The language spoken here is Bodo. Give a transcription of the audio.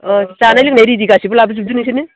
औ जानाय लोंनाय रेडि गासिबो लाबोजोबदो नोंसोरनो